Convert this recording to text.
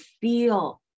feel